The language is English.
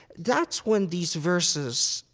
that's when these verses,